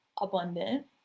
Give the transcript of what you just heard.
abundant